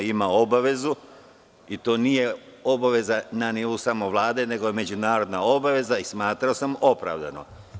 Ima obavezu koja nije obaveza samo na nivou Vlade, nego je međunarodna obaveza i smatrao sam da je opravdano.